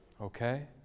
Okay